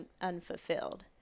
unfulfilled